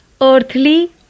Earthly